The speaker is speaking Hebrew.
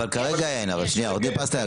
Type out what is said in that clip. עו"ד פסטרנק,